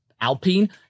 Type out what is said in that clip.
Alpine